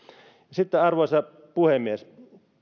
arvoisa puhemies